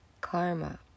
karma